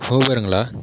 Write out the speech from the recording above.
ஊபருங்களா